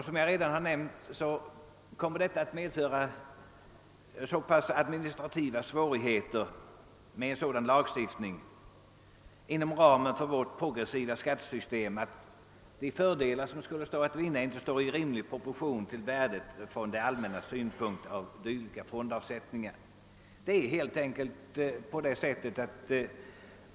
Som jag redan har nämnt kommer en sådan lagstiftning inom ramen för vårt progressiva skattesystem att medföra så stora administrativa svårigheter att de fördelar som skulle stå att vinna inte står i rimlig proportion till värdet från det allmännas synpunkt av dylika fondavsättningar.